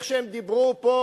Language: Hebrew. איך הן דיברו פה,